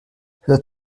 hört